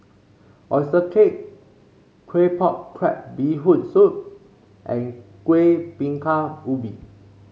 oyster cake Claypot Crab Bee Hoon Soup and Kuih Bingka Ubi